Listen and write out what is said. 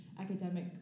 academic